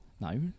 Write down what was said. no